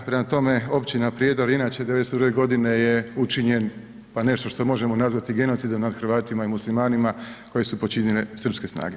Prema tome, općina Prijedor inače 92. godine je učinjen pa nešto što možemo nazvati genocidom nad Hrvatima i Muslimanima koje su počinile srpske snage.